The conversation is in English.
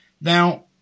Now